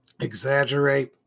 exaggerate